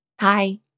Hi